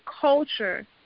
culture